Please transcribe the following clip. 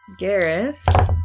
Garrus